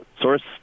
Source